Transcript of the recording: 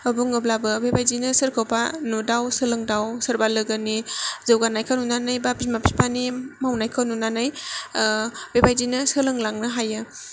बुङोब्लाबो बेबादिनो सोरखौबा नुदाव सोलोंदाव सोरबा लोगोनि जौगानायखौ नुनानै बा बिमा फिफानि मावनायखौ नुनानै बेबादिनो सोलोंलांनो हायो